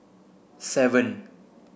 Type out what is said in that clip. seven